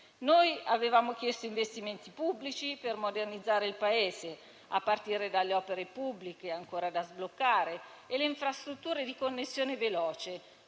Avevamo chiesto investimenti pubblici per modernizzare il Paese, a partire dalle opere pubbliche ancora da sbloccare, infrastrutture di connessione veloce,